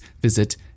visit